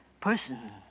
person